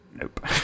Nope